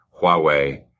Huawei